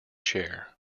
chair